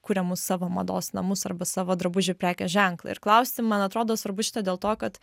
kuriamus savo mados namus arba savo drabužių prekės ženklą ir klausti man atrodo svarbu šitą dėl to kad